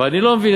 אבל אני לא מבין.